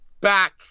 back